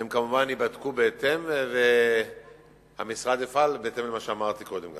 והם כמובן ייבדקו בהתאם והמשרד יפעל בהתאם למה שאמרתי קודם.